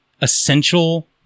essential